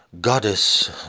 goddess